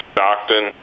Stockton